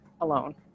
alone